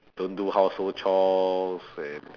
don't do household chores and